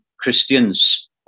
Christians